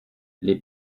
les